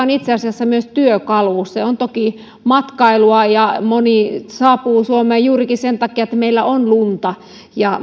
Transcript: on itse asiassa myös työkalu se liittyy toki matkailuunkin ja moni saapuu suomeen juurikin sen takia että meillä on lunta ja